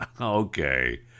Okay